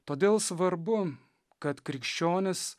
todėl svarbu kad krikščionys